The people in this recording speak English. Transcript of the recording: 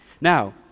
Now